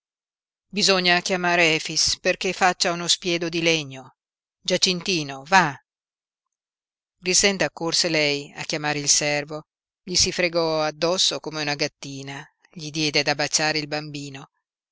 bisogna chiamar efix perché faccia uno spiedo di legno giacintino va grixenda corse lei a chiamare il servo gli si fregò addosso come una gattina gli diede da baciare il bambino